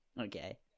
Okay